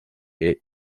est